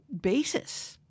basis